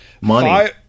Money